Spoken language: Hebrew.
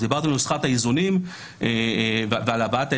אז דיברתם על נוסחת האיזונים ועל הבעת העמדה.